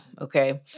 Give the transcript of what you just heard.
okay